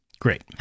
Great